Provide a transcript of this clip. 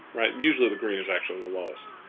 right. usually the green is actually and the lowest.